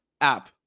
app